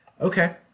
Okay